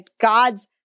God's